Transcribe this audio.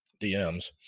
DMs